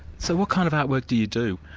so what kind of artwork do you do?